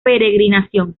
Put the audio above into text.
peregrinación